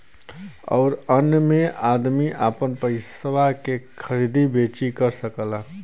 अउर अन्य मे अदमी आपन पइसवा के खरीदी बेची कर सकेला